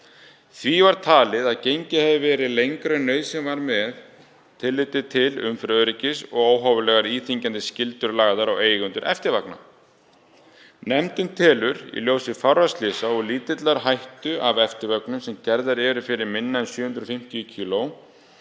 Því var talið að gengið hefði verið lengra en nauðsyn var með tilliti til umferðaröryggis og óhóflegar íþyngjandi skyldur lagðar á eigendur eftirvagna. Nefndin telur, í ljósi fárra slysa og lítillar hættu af eftirvögnum sem gerðir eru fyrir minna en 750 kg,